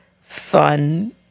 Fun